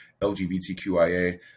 LGBTQIA